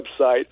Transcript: website